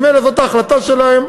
ממילא זאת ההחלטה שלהם.